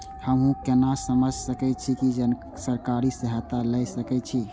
हमू केना समझ सके छी की सरकारी सहायता ले सके छी?